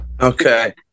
Okay